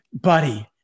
buddy